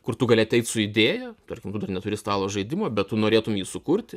kur tu gali ateit su idėja tarkim tu neturi stalo žaidimo bet tu norėtum jį sukurti